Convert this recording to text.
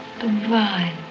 Divine